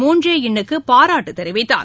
Moon Jae இன்னுக்கு பாராட்டு தெரிவித்தார்